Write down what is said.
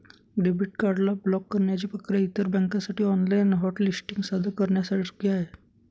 debit card ला block करण्याची प्रक्रिया इतर बँकांसाठी ऑनलाइन हॉट लिस्टिंग सादर करण्यासारखी आहे